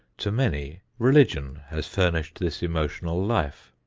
to many religion has furnished this emotional life.